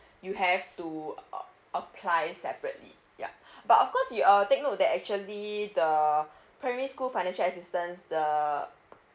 you have to uh apply separately ya but of course you are take note that actually the primary school financial assistance the